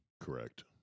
Correct